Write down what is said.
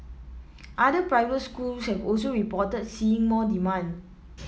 other private schools have also reported seeing more demand